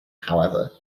however